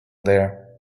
there